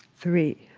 three.